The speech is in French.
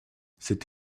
cette